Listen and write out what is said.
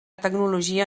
tecnologia